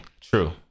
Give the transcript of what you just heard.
true